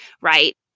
right